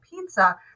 pizza